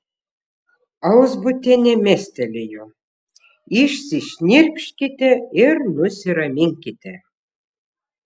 alzbutienė mestelėjo išsišnirpškite ir nusiraminkite